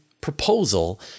proposal